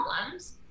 problems